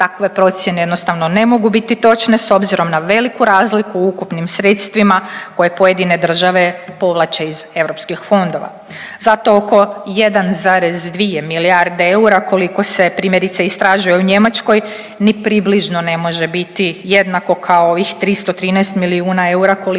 takve procjene jednostavno ne mogu biti točne s obzirom na veliku razliku u ukupnim sredstvima koje pojedine države povlače iz europskih fondova. Zato oko 1,2 milijarde eura koliko se primjerice istražuje u Njemačkoj ni približno ne može biti jednako kao ovih 313 milijuna eura koliko se istražuje